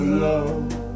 love